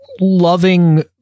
loving